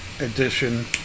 edition